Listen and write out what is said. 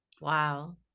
Wow